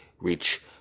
reach